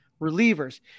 relievers